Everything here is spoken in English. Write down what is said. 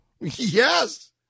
Yes